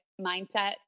mindset